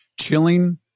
chilling